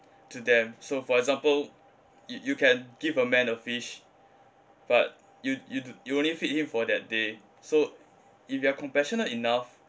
to them so for example you you can give a man a fish but you you do you only feed him for that day so if you are compassionate enough